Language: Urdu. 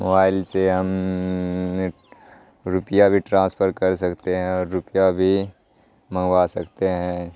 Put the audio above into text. موبائل سے ہم روپیہ بھی ٹرانسفر کر سکتے ہیں اور روپیہ بھی منگوا سکتے ہیں